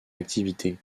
activité